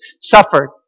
suffered